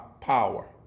power